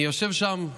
אני יושב שם,